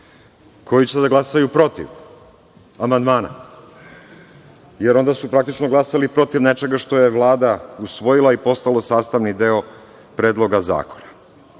koji će da glasaju protiv amandmana, jer onda su praktično glasali protiv nečega što je Vlada usvojila i postalo sastavni deo Predloga zakona. Nije